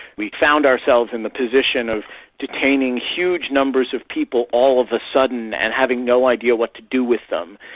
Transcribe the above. we found ourselves in the position of detaining huge numbers of people all of a sudden and having no idea what to do with them,